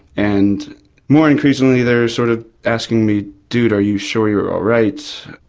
and more increasingly they're sort of asking me, dude, are you sure you're all right?